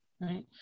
Right